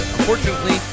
Unfortunately